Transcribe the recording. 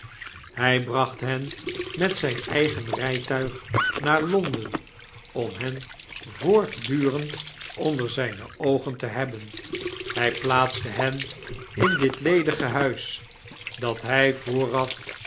hij bracht hen met zp eigen rytuig naar lond e n om hen voortdurend onder zpe oogen te hebben hy plaatste hen in dit ledige huis dat hy vooraf